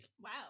Wow